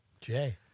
Jay